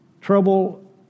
trouble